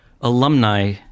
alumni